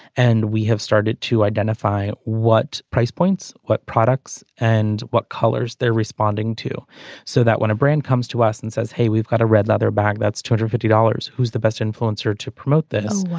and we have started to identify what price points what products and what colors they're responding to so that when a brand comes to us and says hey we've got a red leather bag that's two hundred fifty dollars. who's the best influencer to promote this.